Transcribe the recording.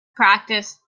practice